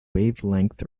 wavelength